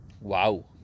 wow